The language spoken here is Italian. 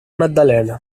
maddalena